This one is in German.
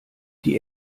die